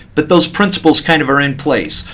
but those principles kind of are in place.